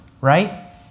right